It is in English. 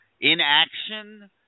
Inaction